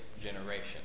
generation